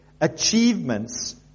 achievements